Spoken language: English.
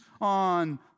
on